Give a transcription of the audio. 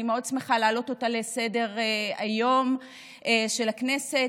מאוד שמחה להעלות אותה על סדר-היום של הכנסת.